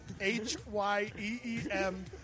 H-Y-E-E-M